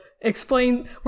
explain